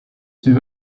two